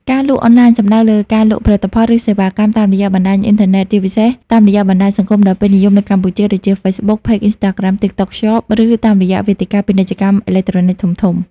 ការលក់អនឡាញសំដៅលើការលក់ផលិតផល ឬសេវាកម្មតាមរយៈបណ្តាញអ៊ីនធឺណិត ជាពិសេសតាមរយៈបណ្តាញសង្គមដ៏ពេញនិយមនៅកម្ពុជាដូចជា Facebook Page Instagram TikTok Shop ឬតាមរយៈវេទិកាពាណិជ្ជកម្មអេឡិចត្រូនិកធំៗ។